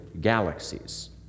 galaxies